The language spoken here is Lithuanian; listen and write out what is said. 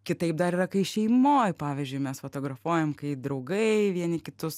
kitaip dar yra kai šeimoj pavyzdžiui mes fotografuojam kai draugai vieni kitus